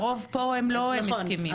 הרוב פה לא עם הסכמים.